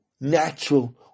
natural